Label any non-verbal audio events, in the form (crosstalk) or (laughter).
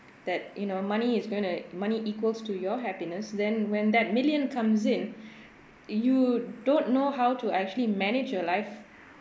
that you know money is going to money equals to your happiness then when that million comes in (breath) you don't know how to actually manage your life